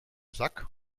sack